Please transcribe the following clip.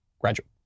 graduate